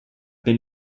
been